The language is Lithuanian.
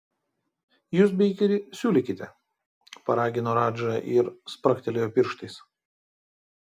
jūs beikeri siūlykite paragino radža ir spragtelėjo pirštais